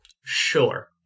Sure